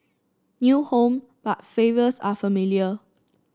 new home but flavors are familiar